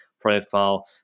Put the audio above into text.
profile